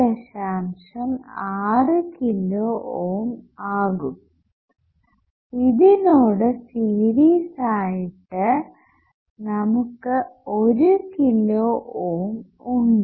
6 kilo ohm ആകും ഇതിനോട് series ആയിട്ട് നമുക്ക് 1 കിലോ ഓം ഉണ്ട്